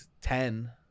ten